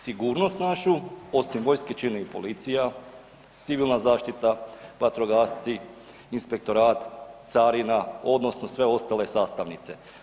Sigurnost našu osim vojske čini i policija, civilna zaštita, vatrogasci, inspektorat, carina odnosno sve ostale sastavnice.